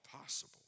possible